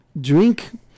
drink